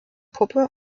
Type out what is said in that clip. puppe